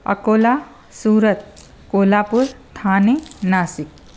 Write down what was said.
Akola Surat Kolhapur Thane Nashik